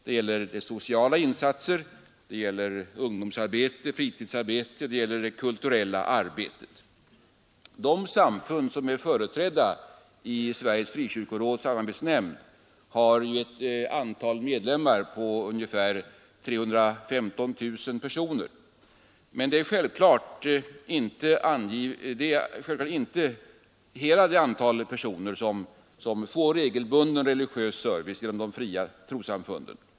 Det gäller deras sociala insatser, ungdomsarbetet, fritidsarbetet och det kulturella arbetet. De samfund som är företrädda i Sveriges frikyrkoråds samarbetsnämnd har ungefär 315 000 medlemmar. Men självklart är detta inte hela det antal personer som får regelbunden religiös service genom de fria kristna trossamfunden.